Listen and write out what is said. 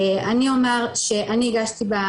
אני אומר שאני הגשתי,